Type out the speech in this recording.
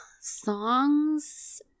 songs